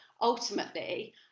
Ultimately